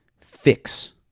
fix